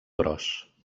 gros